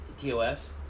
TOS